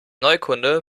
neukunde